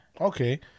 Okay